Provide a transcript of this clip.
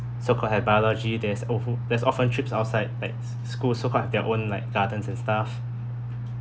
so-called have biology there's oft~ there's often trips outside like school so-called have their own like gardens and stuff